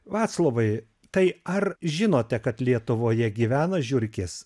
vaclovai tai ar žinote kad lietuvoje gyvena žiurkės